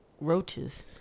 Roaches